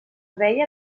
veia